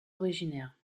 originaire